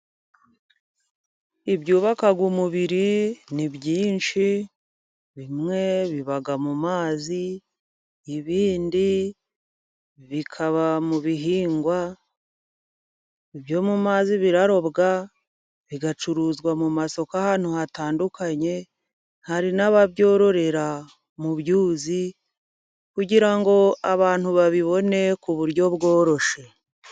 Ibyubaka umubiri ni byinshi bimwe biba mu mazi ibindi bikaba mu bihingwa. Ibyo mu mazi birarobwa, bigacuruzwa mu masoko ahantu hatandukanye, hari n'ababyororera mu byuzi kugira ngo abantu babibone ku buryo bworoshye.